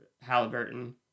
Halliburton